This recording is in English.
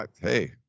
Hey